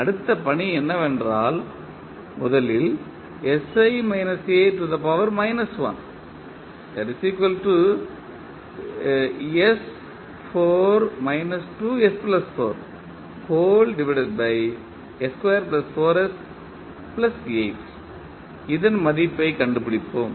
அடுத்த பணி என்னவென்றால் முதலில் இதன் மதிப்பைக் கண்டுபிடிப்போம்